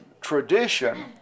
tradition